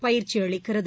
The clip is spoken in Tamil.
பயிற்சி அளிக்கிறது